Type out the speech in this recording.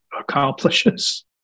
accomplishes